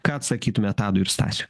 ką atsakytumėt tadui ir stasiui